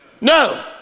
No